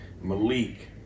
Malik